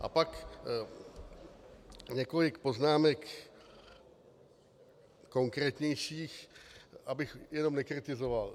A pak několik poznámek konkrétnějších, abych jenom nekritizoval.